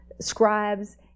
scribes